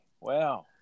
Wow